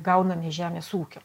gaunam iš žemės ūkio